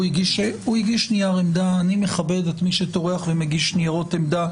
הוא הגיש נייר עמדה ואני מכבד את מי שטורח ומגיש ניירות עמדה.